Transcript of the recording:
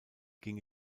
ging